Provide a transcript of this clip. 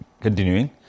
continuing